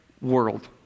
world